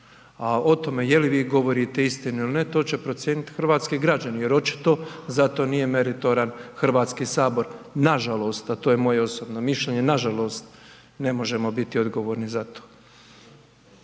A o tome je li vi govorite istinu ili ne, to će procijeniti hrvatski građani jer očito za to nije meritoran Hrvatski sabor. Nažalost a to je moje osobno mišljenje, nažalost ne možemo biti odgovorni za to.